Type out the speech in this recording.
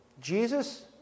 Jesus